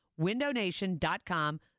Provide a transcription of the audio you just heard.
WindowNation.com